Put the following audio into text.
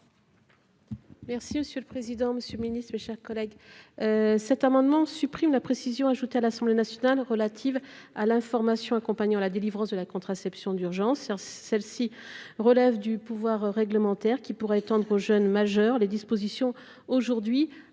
Merci monsieur le président, Monsieur le Ministre, mes chers collègues,